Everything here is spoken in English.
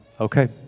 okay